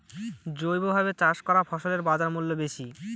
জৈবভাবে চাষ করা ফসলের বাজারমূল্য বেশি